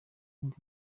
indi